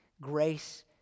grace